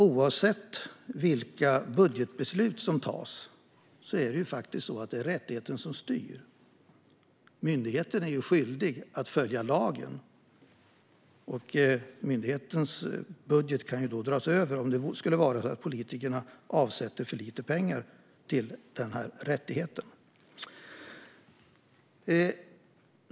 Oavsett vilka budgetbeslut som fattas är det rättigheten som styr. Myndigheten är skyldig att följa lagen, och myndighetens budget kan dras över om det skulle vara så att politikerna avsätter för lite pengar till denna rättighet.